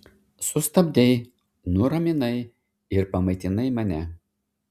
sustabdei nuraminai ir pamaitinai mane